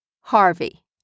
harvey